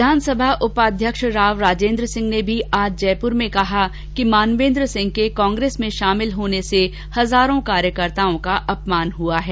विधानसभा उपाध्यक्ष राव राजेन्द्र सिंह ने भी आज जयपुर में कहा कि मानवेन्द्र सिंह के कांग्रेस में शामिल होने से हजारों कार्यकर्ताओं का अपमान हुआ है